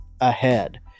ahead